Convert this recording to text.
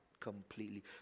Completely